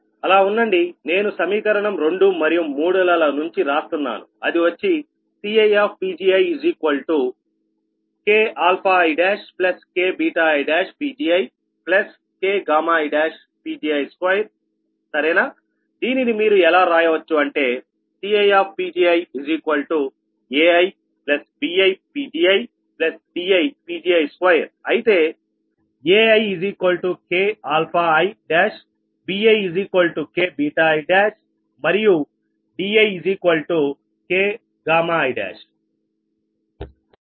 అలా ఉండండి నేను సమీకరణం రెండు మరియు మూడు ల నుంచి రాస్తున్నాను అది వచ్చి CiPgikikiPgikiPgi2సరేనా దీనిని మీరు ఎలా రాయవచ్చు అంటే CiPgiaibiPgidiPgi2 అయితే aiki bik i and diki